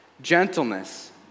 Gentleness